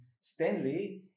Stanley